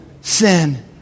sin